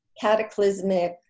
cataclysmic